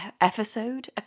episode